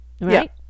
Right